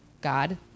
God